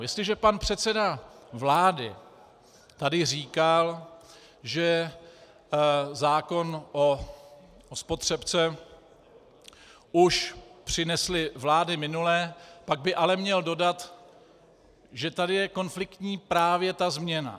Jestliže pan předseda vlády tady říkal, že zákon o spotřebce už přinesly vlády minulé, pak by ale měl dodat, že tady je konfliktní právě ta změna.